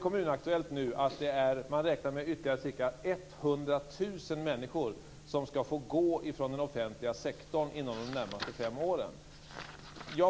I Kommun Aktuellt läser vi att man räknar med att det är ytterligare ca 100 000 människor som skall få gå från den offentliga sektorn inom de närmaste fem åren.